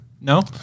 No